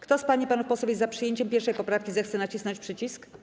Kto z pań i panów posłów jest za przyjęciem 1. poprawki, zechce nacisnąć przycisk?